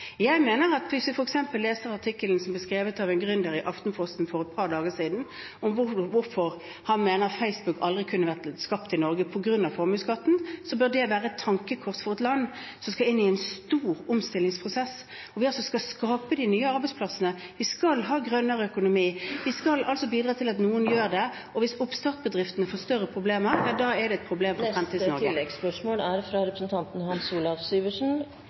Jeg mener at når vi f.eks. leser artikkelen som ble skrevet av en gründer i Aftenposten for et par dager siden om hvorfor han mener Facebook aldri kunne blitt skapt i Norge, på grunn av formuesskatten, bør det være et tankekors for et land som skal inn i en stor omstillingsprosess: Vi skal altså skape de nye arbeidsplassene, vi skal ha grønnere økonomi, vi skal bidra til at noen gjør det, og hvis oppstartsbedriftene får større problemer, er det et problem for Fremtids-Norge. Hans Olav Syversen